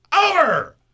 Over